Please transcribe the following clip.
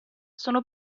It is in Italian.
sono